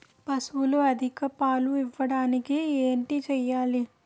పశువులు అధిక పాలు ఇవ్వడానికి ఏంటి చేయాలి